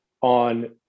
on